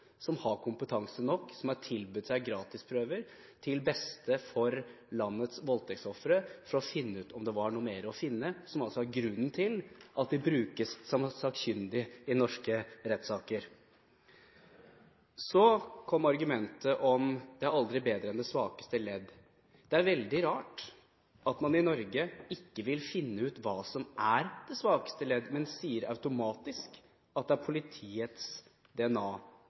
som har kompetanse nok, og som har tilbudt gratisprøver til beste for landets voldtektsofre for å finne ut om det var noe mer å finne. Det er grunnen til at de brukes som sakkyndig i norske rettssaker. Så kom argumentet om at det aldri er bedre enn det svakeste ledd. Det er veldig rart at man i Norge ikke vil finne ut hva som er det svakeste ledd. Man sier automatisk at det er politiets